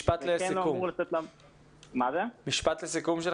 משפט שלך לסיכום.